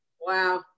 Wow